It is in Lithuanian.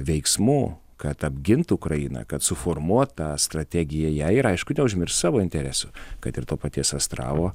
veiksmų kad apgint ukrainą kad suformuot tą strategiją ją ir aišku neužmiršt savo interesų kad ir to paties astravo